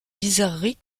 bizarreries